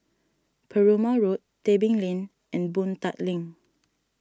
Perumal Road Tebing Lane and Boon Tat Link